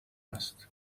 است